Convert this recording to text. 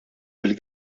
bil